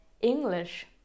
english